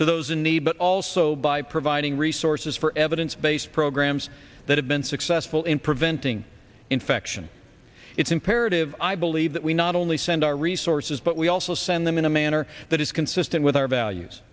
to those in need but also by providing resources for evidence based programs that have been successful in preventing infection it's imperative i believe that we not only send our resources but we also send them in a manner that is consistent with our values